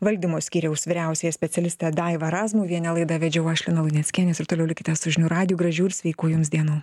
valdymo skyriaus vyriausiąją specialistę daivą razmuvienę laidą vedžiau aš lina luneckienė ir toliau likite su žinių radiju gražių ir sveikų jums dienų